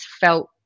felt